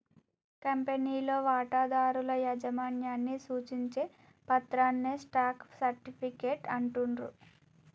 కంపెనీలో వాటాదారుల యాజమాన్యాన్ని సూచించే పత్రాన్నే స్టాక్ సర్టిఫికేట్ అంటుండ్రు